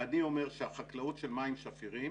אני אומר שהחקלאות של מים שפירים